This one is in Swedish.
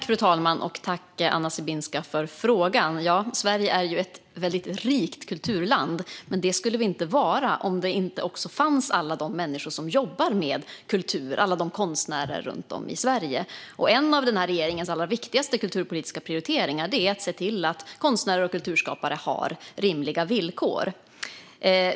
Fru talman! Tack, Anna Sibinska, för frågan! Sverige är ett rikt kulturland. Men det skulle det inte vara om inte alla de människor som jobbar med kultur och alla konstnärer runt om i Sverige fanns. En av den här regeringens viktigaste kulturpolitiska prioriteringar är att se till att konstnärer och kulturskapare har rimliga villkor.